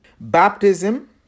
baptism